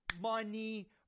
money